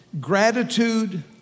gratitude